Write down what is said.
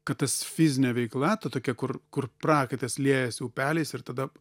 kad tas fizinė veikla ta tokia kur kur prakaitas liejasi upeliais ir tada